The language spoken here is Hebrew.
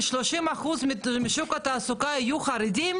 30% משוק התעסוקה יהיו חרדים,